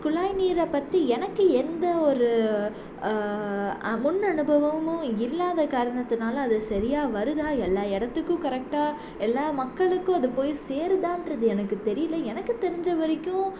குழாய் நீரை பற்றி எனக்கு எந்த ஒரு முன் அனுபவமும் இல்லாத காரணத்துனால் அது சரியாக வருதா எல்லா இடத்துக்கும் கரெக்டாக எல்லா மக்களுக்கும் அது போய் சேருதான்றது எனக்கு தெரியல எனக்கு தெரிஞ்சவரைக்கும்